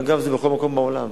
אגב, זה בכל מקום בעולם.